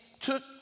took